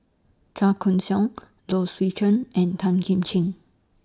Chua Koon Siong Low Swee Chen and Tan Kim Ching